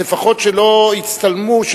אז לפחות שלא יצטלמו,